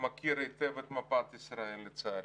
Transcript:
מכיר היטב את מפת ישראל, לצערי.